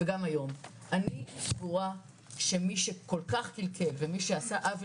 אני סבורה שמי שכל כך קלקל ומי שעשה עוול